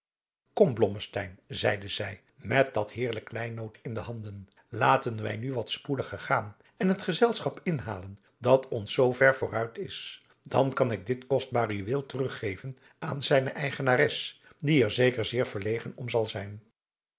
blommesteyn zeide zij met dat heerlijk kleinood in de handen laten wij nu wat spoediger gaan en het gezelschap inhalen dat ons zoover vooruit is dan kan ik dit kostbare juweel teruggeven aan zijne eigenares die er zeker zeer verlegen om zijn zal zij